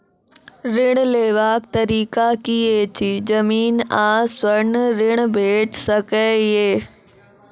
ऋण लेवाक तरीका की ऐछि? जमीन आ स्वर्ण ऋण भेट सकै ये?